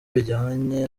bijyanye